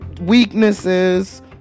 Weaknesses